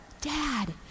Dad